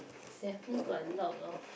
definitely got a lot of